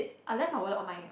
I left my wallet on my